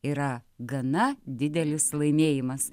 yra gana didelis laimėjimas